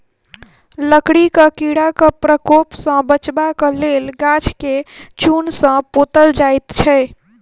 लकड़ीक कीड़ाक प्रकोप सॅ बचबाक लेल गाछ के चून सॅ पोतल जाइत छै